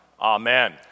Amen